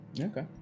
Okay